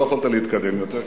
לא יכולת להתקדם יותר,